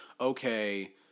okay